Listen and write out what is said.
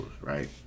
right